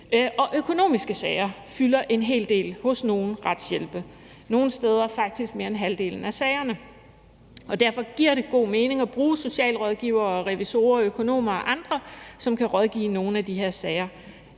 de økonomiske sager, fylder en hel del hos nogle retshjælpe, ja, nogle steder er det faktisk mere end halvdelen af sagerne. Derfor giver det også god mening at bruge socialrådgivere, revisorer, økonomer og andre, som kan rådgive i nogle af de her sager.